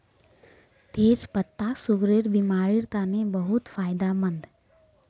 तेच पत्ता सुगरेर बिमारिर तने बहुत फायदामंद